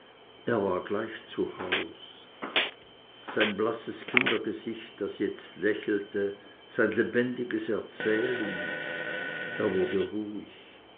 er war gleich zu haus sein blasses kindergesicht das jetzt lächelte sein lebendiges erzählen er wurde ruhig